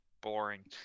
boring